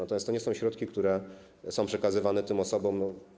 Natomiast to nie są środki, które są przekazywane tym osobom.